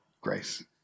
grace